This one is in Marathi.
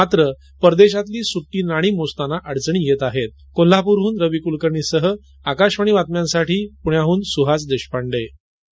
मात्र परदेशातील सुट्टी नाणी मोजताना अडचणी येत आहेत कोल्हापूरहन रवी कुलकर्णी सह आकाशवाणी बातम्यांसाठी सुहास देशपांडे पूणे